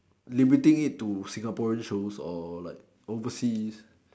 limiting it to Singaporean shows or like overseas